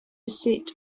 seat